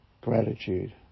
Gratitude